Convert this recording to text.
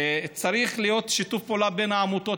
צריך להיות שיתוף פעולה בין העמותות.